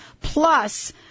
plus